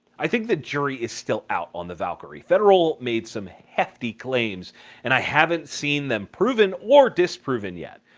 i think the jury is still out on the valkyrie. federal made some hefty claims and i haven't seen them proven or disproven yet.